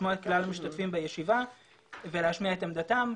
לשמוע את כלל המשתתפים בישיבה ולהשמיע את עמדתם.